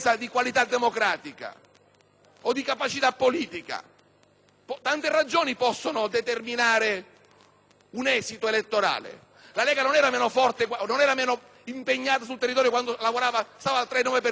o di capacità politica. Tante ragioni possono determinare un esito elettorale e la Lega non era meno impegnata sul territorio quando stava al 3,9 per cento e non era tanto tempo fa.